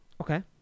Okay